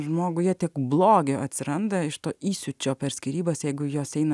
žmoguje tiek blogio atsiranda iš to įsiūčio per skyrybas jeigu jos eina